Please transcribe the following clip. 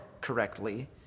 correctly